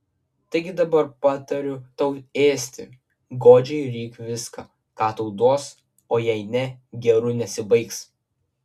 taigi dabar patariu tau ėsti godžiai ryk viską ką tau duos o jei ne geru nesibaigs